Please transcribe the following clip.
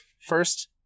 first